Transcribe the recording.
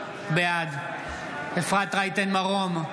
בעד אפרת רייטן מרום,